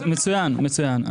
אז מצוין, מצוין.